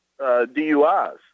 DUIs